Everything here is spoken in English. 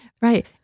right